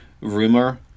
Rumor